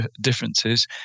differences